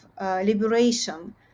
Liberation